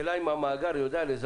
אם תרצו אחר כך לתקן,